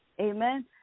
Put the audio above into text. Amen